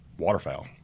waterfowl